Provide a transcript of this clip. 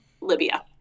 Libya